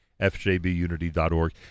FJBunity.org